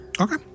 Okay